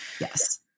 Yes